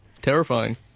Terrifying